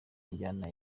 injyana